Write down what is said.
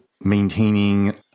maintaining